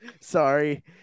Sorry